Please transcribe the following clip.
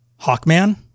Hawkman